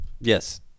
Yes